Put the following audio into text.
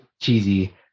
cheesy